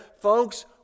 Folks